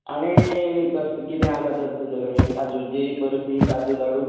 आनी कस् किदें आसा तर तुजे कडेन काजूची बरफी काजू लाडू